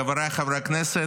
חבריי חברי הכנסת,